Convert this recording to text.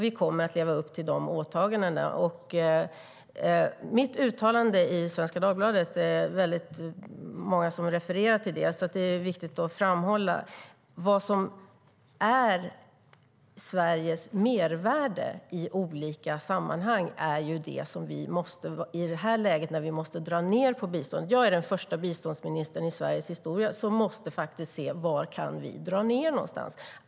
Vi kommer att leva upp till de åtagandena. Mitt uttalande i Svenska Dagbladet är det många som refererar till. Det är därför viktigt att framhålla vad som är Sveriges mervärde i detta läge när vi måste dra ned på biståndet. Jag är den första biståndsministern i Sveriges historia som måste se var vi kan dra ned.